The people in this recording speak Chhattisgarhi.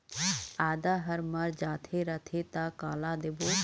आदा हर मर जाथे रथे त काला देबो?